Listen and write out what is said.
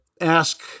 ask